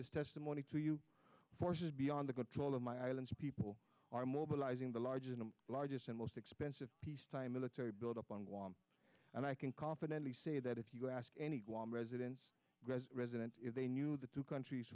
this testimony to you forces beyond the control of my islands people are mobilizing the largest largest and most expensive peacetime military buildup on guam and i can confidently say that if you ask any residence resident if they knew the two countries